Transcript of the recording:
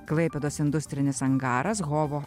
klaipėdos industrinis angaras hovo